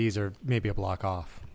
these are maybe a block off